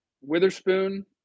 Witherspoon